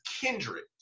kindred